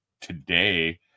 today